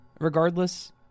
Regardless